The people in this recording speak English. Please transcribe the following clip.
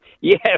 yes